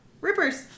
Rippers